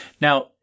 Now